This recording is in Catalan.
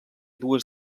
dues